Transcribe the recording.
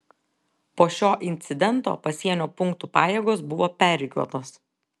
po šio incidento pasienio punktų pajėgos buvo perrikiuotos